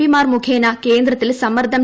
പിമാർ മുഖേന കേന്ദ്രത്തിൽ സമ്മർദ്ദം